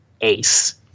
ace